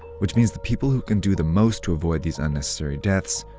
which means the people who can do the most to avoid these unnecessary deaths,